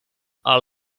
are